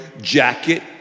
jacket